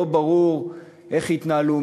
שלא ברור איך יתנהלו,